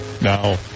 Now